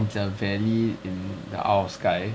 it's a valley in the isle of skye